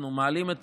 אנחנו מעלים את